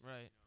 Right